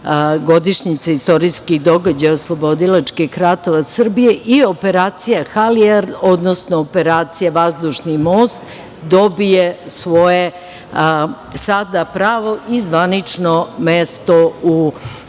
godišnjice istorijskih događaja - oslobodilačke ratove Srbije i da operacija Halijard, odnosno operacija „Vazdušni most“ dobije svoje sada pravo i zvanično mesto među